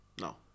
No